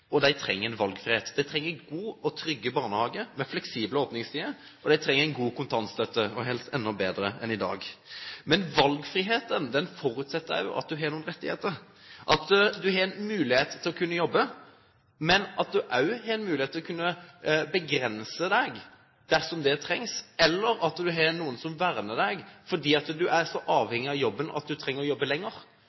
og de trenger en valgfrihet. De trenger en god og trygg barnehage med fleksible åpningstider, og de trenger en god kontantstøtte, helst enda bedre enn i dag. Men valgfriheten forutsetter også at du har noen rettigheter, at du har mulighet til å kunne jobbe, men at du også har en mulighet til å kunne begrense deg dersom det trengs, eller at du har noen som verner deg fordi du er så avhengig av jobben at du trenger å jobbe lenger.